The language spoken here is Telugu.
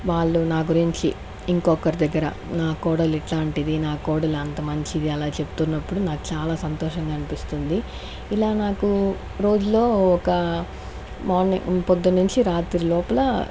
వాళ్ళు నా గురించి ఇంకొకరి దగ్గర నా కోడలు ఇట్లాంటిది నా కోడలు అంత మంచిది అలా చెప్తున్నప్పుడు నాకు చాలా సంతోషంగా అనిపిస్తుంది ఇలా నాకు రోజులో ఒక మార్నింగ్ పొద్దున్నుంచి రాత్రి లోపల